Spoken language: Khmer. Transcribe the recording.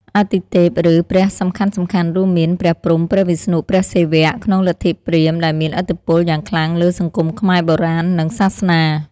អាទិទេព ឬ ព្រះ សំខាន់ៗរួមមាន ព្រះព្រហ្ម ព្រះវិស្ណុ ព្រះសិវៈ ក្នុងលទ្ធិព្រាហ្មណ៍ដែលមានឥទ្ធិពលយ៉ាងខ្លាំងលើសង្គមខ្មែរបុរាណ និងសាសនា។